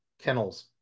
kennels